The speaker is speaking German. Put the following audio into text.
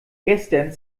gestern